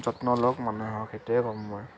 যত্ন লওক মানুহক সেইটোৱেই ক'ম মই